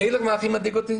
אני אגיד לך מה הכי מדאיג אותי,